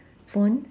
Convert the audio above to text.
phone